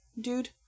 dude